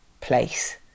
place